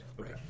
Okay